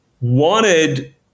wanted